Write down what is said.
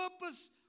purpose